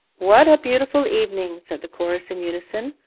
what a beautiful evening said the chorus in unison,